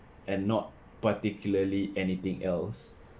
and not particularly anything else